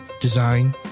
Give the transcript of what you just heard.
design